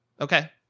Okay